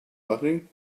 writing